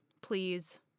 please